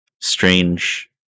strange